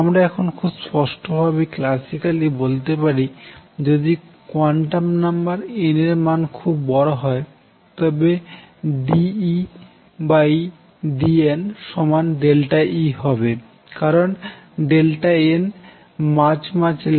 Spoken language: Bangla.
আমরা এখন স্পষ্টভাবেই ক্লাসিক্যালি বলতে পারি যদি কোয়ান্টাম নাম্বার n এর মান খুব বড় হয় তবে d Ed n E হবে কারণ n n